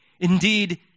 Indeed